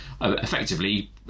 effectively